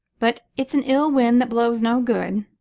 but it's an ill wind that blows no good.